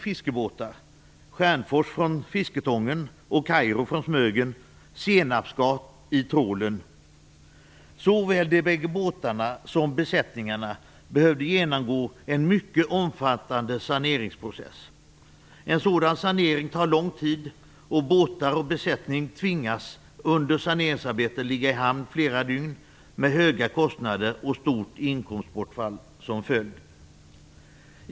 Fisketången och "Kairo" från Smögen - senapsgas i trålen. Såväl de bägge båtarna som besättningarna behövde genomgå en mycket omfattande saneringsprocess. En sådan sanering tar lång tid, och båtar och besättning tvingas under saneringsarbetet att ligga i hamn under flera dygn, med höga kostnader och stort inkomstbortfall som följd.